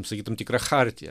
sakytum tikra chartija